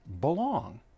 belong